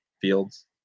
Fields